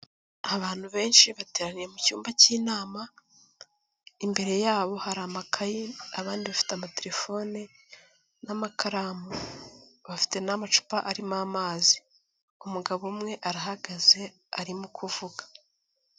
Abantu benshi bateraniye mu cyumba cy'inama, imbere yabo hari amakayi abandi bafite amatelefone n'amakaramu, bafite n'amacupa arimo amazi. Umugabo umwe arahagaze arimo kuvuga.